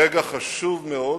רגע חשוב מאוד,